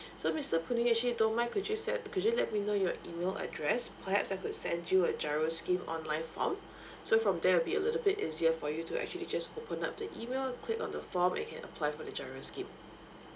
so mister puh nee actually if you don't mind could you send could you let me know your email address perhaps I could send you a giro scheme online form so from there will be a little bit easier for you to actually just open up the email click on the form and you can apply for the giro scheme